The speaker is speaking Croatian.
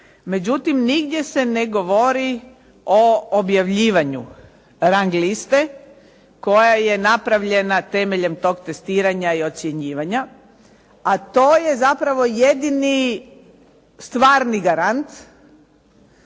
međutim, nigdje se ne govori o objavljivanju rang liste koja je napravljena temeljem tog testiranja i ocjenjivanja a to je zapravo jedini stvarni garant